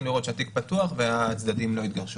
לראות שהתיק פתוח והצדדים לא התגרשו.